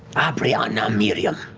ah abrianna mirimm.